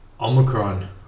Omicron